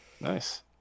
Nice